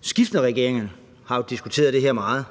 skiftende regeringer har diskuteret det her meget,